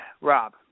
Rob